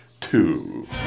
Two